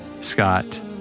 Scott